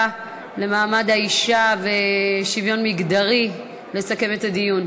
למעמד האישה ולשוויון מגדרי לסכם את הדיון.